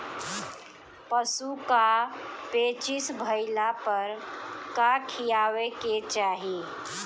पशु क पेचिश भईला पर का खियावे के चाहीं?